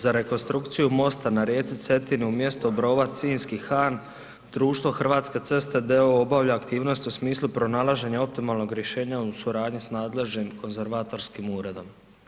Za rekonstrukciju mosta na rijeci Cetini u mjestu Obrovac Sinjski-Han društvo Hrvatske ceste d.o.o. obavlja aktivnosti u smislu pronalaženja optimalnog rješenja u suradnji s nadležnim konzervatorskim uredom.